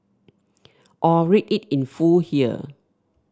or read it in full here